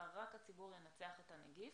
אלא רק הציבור ינצח את הנגיף.